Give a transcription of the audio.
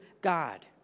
God